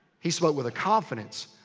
he spoke with a confidence.